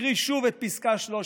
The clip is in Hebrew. אקריא שוב את פסקה 13: